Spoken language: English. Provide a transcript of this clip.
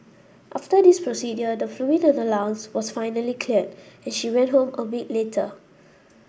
after this procedure the fluid in her lungs was finally cleared and she went home a week later